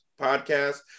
podcast